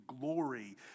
glory